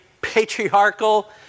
patriarchal